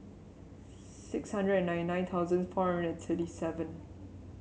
six hundred and ninty nine thousand four hundred and thirty seven